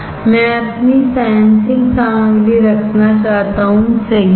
मैं अपनी सेंसिंग सामग्री रखना चाहता हूं सही है